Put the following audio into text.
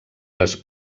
les